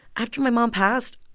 after my mom passed,